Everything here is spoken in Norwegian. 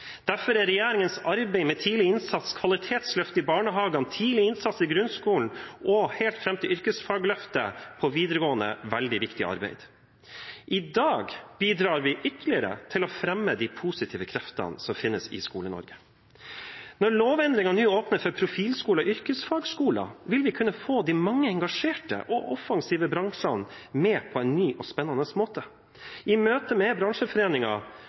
Derfor er regjeringens arbeid med tidlig innsats, kvalitetsløft i barnehagene, tidlig innsats i grunnskolen og helt fram til yrkesfagløftet på videregående veldig viktig arbeid. I dag bidrar vi ytterligere til å fremme de positive kreftene som finnes i Skole-Norge. Når lovendringen nå åpner for profilskoler og yrkesfagskoler, vil vi kunne få de mange engasjerte og offensive bransjene med på en ny og spennende måte. I møte med